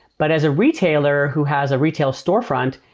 but as a retailer who has a retail storefront,